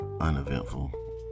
uneventful